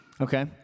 Okay